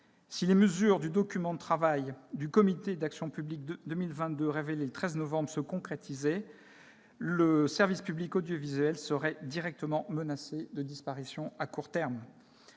Si les mesures du document de travail du Comité action publique 2022, révélé le 13 novembre, se concrétisaient, le service public audiovisuel serait directement menacé de disparition à court terme.